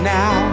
now